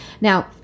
Now